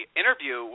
interview